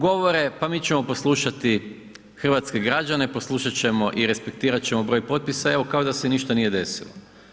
Govore pa mi ćemo poslušati hrvatske građane, poslušati ćemo i respektirati ćemo broj potpisa evo kao da se ništa nije desilo.